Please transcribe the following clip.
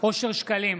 אושר שקלים,